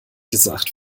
gesagt